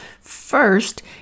first